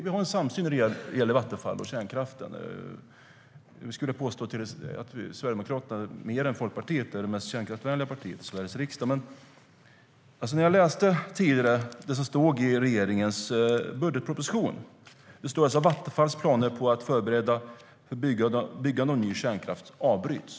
Vi har en samsyn när det gäller Vattenfall och kärnkraften. Jag skulle vilja påstå att Sverigedemokraterna är det mest kärnkraftsvänliga partiet i Sveriges riksdag - mer kärnkraftsvänligt än Folkpartiet. Jag läste tidigare det som står i regeringens budgetproposition. Där står det att Vattenfalls planer på att förbereda för byggande av ny kärnkraft avbryts.